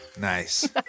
Nice